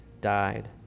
died